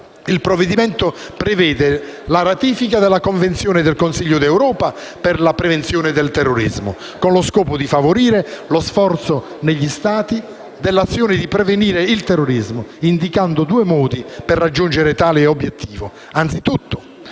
il provvedimento prevede la ratifica della Convenzione del Consiglio d'Europa per la prevenzione del terrorismo, con lo scopo di favorire lo sforzo degli Stati nell'azione di prevenzione del terrorismo, indicando due modi per raggiungere tale obiettivo.